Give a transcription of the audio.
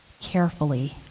carefully